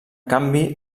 canvi